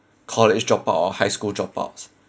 college dropout or high school dropouts